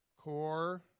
core